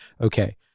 Okay